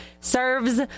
serves